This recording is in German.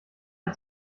hat